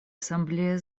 ассамблея